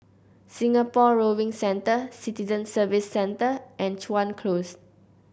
Singapore Rowing Centre Citizen Services Centre and Chuan Close